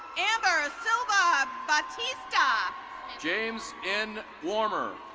ember silver batista james in warmer,